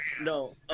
No